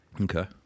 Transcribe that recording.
Okay